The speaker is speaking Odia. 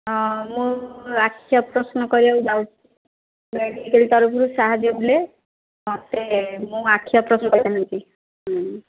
ହଁ ମୁଁ ଆଖି ଅପରେସନ୍ କରିବାକୁ ଯାଉଛି ମେଡ଼ିକାଲ୍ ତରଫରୁ ସାହାଯ୍ୟ ମିଳେ ମୋତେ ମୁଁ ଆଖି ଅପରେସନ୍ କରିଥାଆନ୍ତି